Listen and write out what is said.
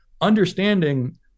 understanding